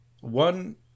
one